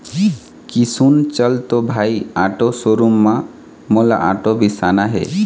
किसुन चल तो भाई आटो शोरूम म मोला आटो बिसाना हे